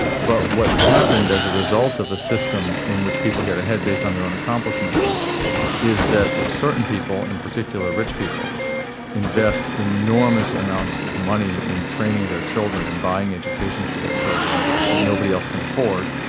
but what's happened as a result of a system in which people get ahead based on their own accomplishments is that certain people in particular rich people invest enormous amounts of money in training their children and buying educations for their children that nobody else can afford.